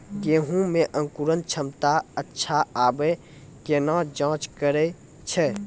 गेहूँ मे अंकुरन क्षमता अच्छा आबे केना जाँच करैय छै?